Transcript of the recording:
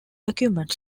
document